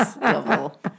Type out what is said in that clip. level